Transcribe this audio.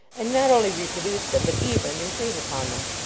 and not only reproduce them, but even im prove upon them.